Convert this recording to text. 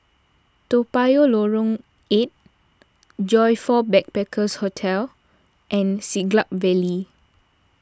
Toa Payoh Lorong eight Joyfor Backpackers' Hostel and Siglap Valley